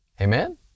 Amen